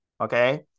okay